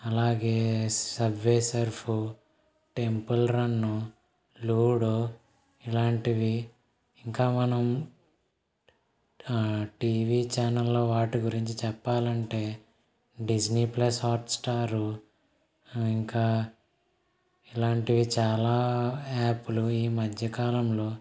అలాగే PUBG Temple Run ludo ఇలాంటివి ఇంకా మనం టీవీ ఛానల్లో వాటి గురించి చెప్పాలంటే డిస్నీప్లస్ హాట్స్టారు ఇంకా ఇలాంటివి చాలా యాప్లు ఈ మధ్యకాలంలో